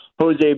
Jose